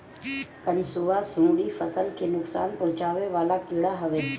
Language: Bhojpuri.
कंसुआ, सुंडी फसल ले नुकसान पहुचावे वाला कीड़ा हवे